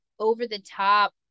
over-the-top